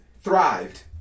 thrived